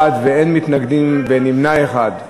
הודעת הממשלה על רצונה להחיל דין רציפות